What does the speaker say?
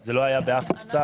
זה לא היה באף מבצע.